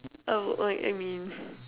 oh like I mean